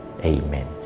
Amen